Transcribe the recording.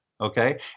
okay